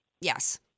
Yes